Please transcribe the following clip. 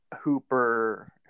Hooper